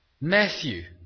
Matthew